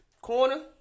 Corner